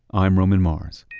i'm roman mars